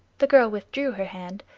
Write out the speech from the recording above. the girl withdrew her hand,